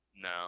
No